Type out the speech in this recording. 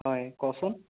হয় কচোন